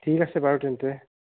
ঠিক আছে বাৰু তেন্তে